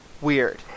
weird